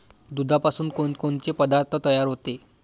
दुधापासून कोनकोनचे पदार्थ तयार होते?